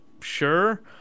Sure